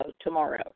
Tomorrow